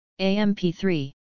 AMP3